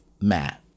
Matt